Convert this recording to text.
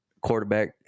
quarterback